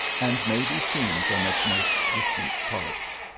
and may be seen from its most distant parts.